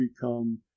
become